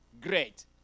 great